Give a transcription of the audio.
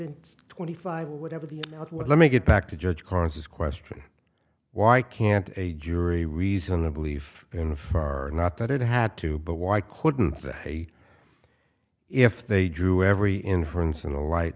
twenty five or whatever the you know what let me get back to judge conses question why can't a jury reason a belief in far not that it had to but why couldn't the hey if they drew every inference in a light